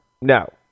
No